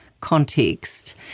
context